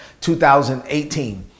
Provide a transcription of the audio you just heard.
2018